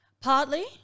Partly